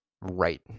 Right